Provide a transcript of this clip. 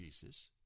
Jesus